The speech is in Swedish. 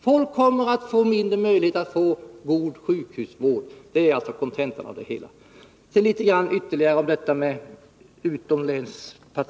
Människors möjligheter att få god sjukvård kommer att minska, det är kontentan av det hela.